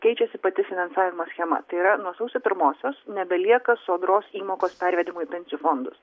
keičiasi pati finansavimo schema tai yra nuo sausio pirmosios nebelieka sodros įmokos pervedimo į pensijų fondus